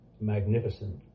magnificent